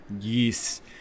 Yes